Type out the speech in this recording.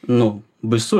nu baisu